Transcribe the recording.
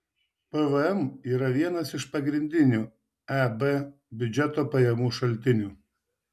pvm yra vienas iš pagrindinių eb biudžeto pajamų šaltinių